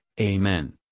Amen